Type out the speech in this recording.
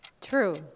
True